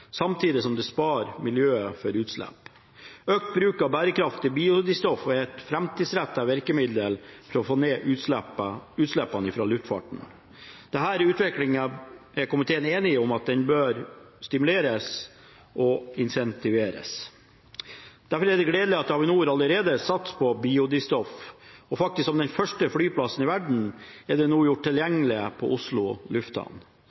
samtidig som det sparer miljøet for utslipp. Økt bruk av bærekraftig biodrivstoff er et framtidsrettet virkemiddel for å få ned utslippene fra luftfarten. Denne utviklingen er komiteen enig om bør stimuleres og intensiveres. Derfor er det gledelig at Avinor allerede satser på biodrivstoff, og at dette nå er gjort tilgjengelig på Oslo Lufthavn – faktisk som den første flyplassen i verden.